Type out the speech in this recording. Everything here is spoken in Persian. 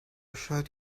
شاید